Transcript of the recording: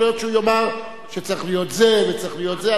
יכול להיות שהוא יאמר שצריך להיות זה וצריך להיות זה.